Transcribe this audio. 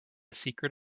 secret